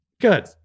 Good